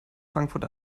frankfurt